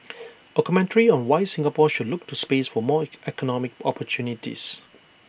A commentary on why Singapore should look to space for more economic opportunities